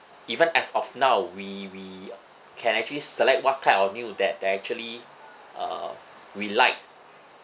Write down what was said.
even as of now we we can actually select what kind of news that that actually uh we like